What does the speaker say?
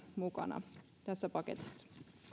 mukana tässä paketissa